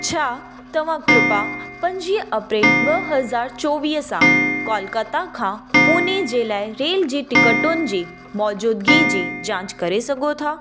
छा तव्हां कृपा पंजवीह अप्रेल ॿ हज़ार चोवीह सां कोलकता खां पूणे जे लाइ रेल जी टिकटुनि जी मौजूदिगी जी जांचु करे सघो था